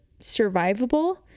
survivable